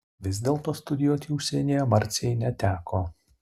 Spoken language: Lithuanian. vis dėlto studijuoti užsienyje marcei neteko